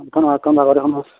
একেখন ভাগৱতী সমাজ